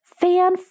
fan